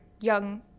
young